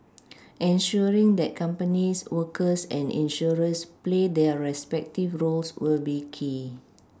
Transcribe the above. ensuring that companies workers and insurers play their respective roles will be key